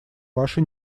ваши